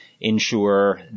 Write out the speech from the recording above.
Ensure